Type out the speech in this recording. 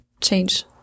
change